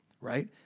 Right